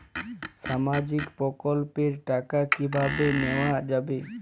সামাজিক প্রকল্পের টাকা কিভাবে নেওয়া যাবে?